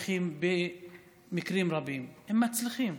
ובמקרים רבים גם מצליחים.